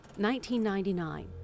1999